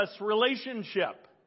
relationship